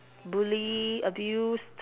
bully abused